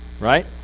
Right